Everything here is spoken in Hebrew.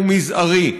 הוא מזערי.